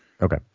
Okay